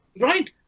right